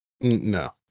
No